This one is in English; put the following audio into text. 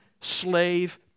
slave